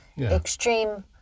extreme